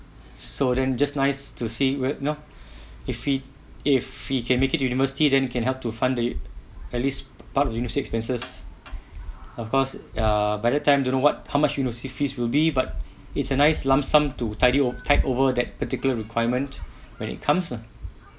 so then just nice to see where you know if he if he can make it to university then can help to fund the u~ at least part of the university expenses of course ah by the time don't know what how much university fees will be but it's a nice lump sum to tidy over tie over that particular requirement when it comes lah